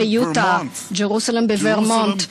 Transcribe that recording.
Vermont,